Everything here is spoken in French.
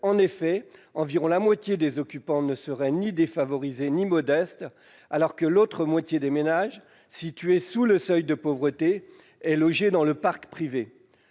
En effet, environ la moitié des occupants ne serait ni défavorisée ni modeste, alors que la moitié des ménages situés sous le seuil de pauvreté est logée dans le parc privé.